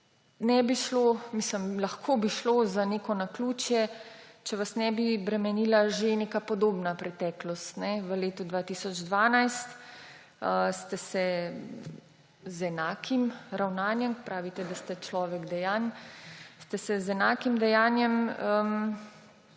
ste kupili delnice. Lahko bi šlo za neko naključje, če vas ne bi bremenila že neka podobna preteklost. V letu 2012 ste se z enakim ravnanjem – pravite, da ste človek dejanj – ste se z enakim dejanjem